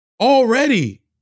Already